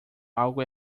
algo